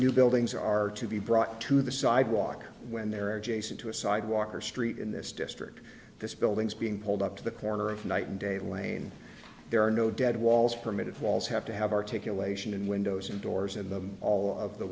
new buildings are to be brought to the sidewalk when there are adjacent to a sidewalk or street in this district this buildings being pulled up to the corner of night and day lane there are no dead walls primitive walls have to have articulation and windows and doors in them all of the